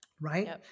Right